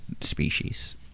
species